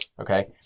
okay